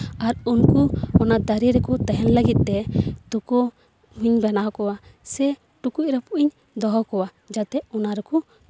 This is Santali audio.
ᱟᱨ ᱩᱱᱠᱩ ᱚᱱᱟ ᱫᱟᱨᱮ ᱨᱮᱠᱚ ᱛᱟᱦᱮᱱ ᱞᱟᱹᱜᱤᱫ ᱛᱮ ᱛᱩᱠᱟᱹ ᱞᱤᱧ ᱵᱮᱱᱟᱣ ᱠᱚᱣᱟ ᱥᱮ ᱴᱩᱠᱩᱡ ᱨᱟᱹᱯᱩᱫ ᱤᱧ ᱫᱚᱦᱚᱣ ᱠᱚᱣᱟ ᱡᱟᱛᱮ ᱚᱱᱟ ᱨᱮᱠᱚ